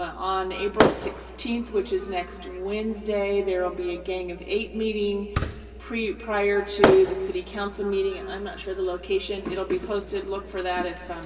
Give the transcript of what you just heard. on april sixteenth which is next wednesday there will be a gang of eight meeting pre prior to the city council meeting and i'm not sure the location it'll be posted look for that if